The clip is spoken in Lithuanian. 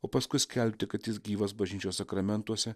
o paskui skelbti kad jis gyvas bažnyčios sakramentuose